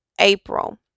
April